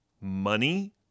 money